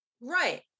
Right